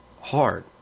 hard